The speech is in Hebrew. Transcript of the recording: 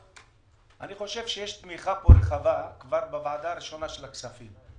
אני חושב שיש פה תמיכה ראשונה בוועדה הראשונה של הכספים.